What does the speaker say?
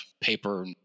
paper